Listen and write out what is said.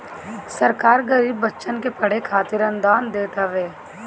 सरकार गरीब बच्चन के पढ़े खातिर अनुदान देत हवे